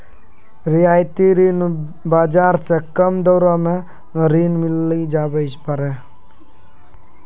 रियायती ऋण बाजार से कम दरो मे ऋण मिली जावै पारै